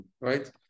right